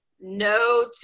No